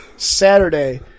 Saturday